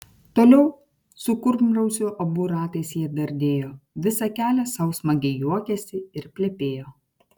toliau su kurmrausiu abu ratais jie dardėjo visą kelią sau smagiai juokėsi ir plepėjo